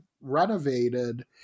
renovated